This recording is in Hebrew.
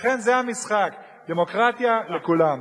לכן זה המשחק, דמוקרטיה לכולם.